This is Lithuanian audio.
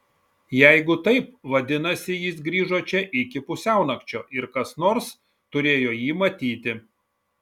jeigu taip vadinasi jis grįžo čia iki pusiaunakčio ir kas nors turėjo jį matyti